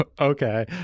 okay